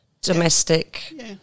domestic